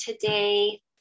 today